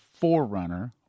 forerunner